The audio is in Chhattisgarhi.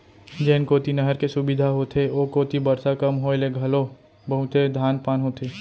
जेन कोती नहर के सुबिधा होथे ओ कोती बरसा कम होए ले घलो बहुते धान पान होथे